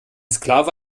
sklave